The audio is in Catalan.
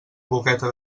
boqueta